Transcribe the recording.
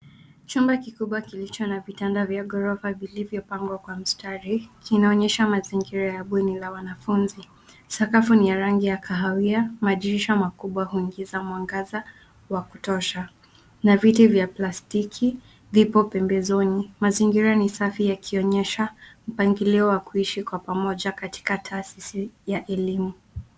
Chumba kikubwa kilicho na vitanda vya gorofa vilivyopangwa kwa mstari, kinaonyesha mazingira ya bweni ya wanafunzi. Sakafu ni ya rangi ya kahawia, madirisha makubwa huingiza mwangaza wa kutosha. Na viti vya plastiki vipo pembezoni. Mazingira ni safi yakionyesha mpangilio wa kuishi kwa pamoja katika taasisi ya elimu.